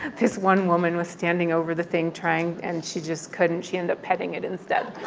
this one woman was standing over the thing trying and she just couldn't. she ended up petting it instead